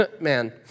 man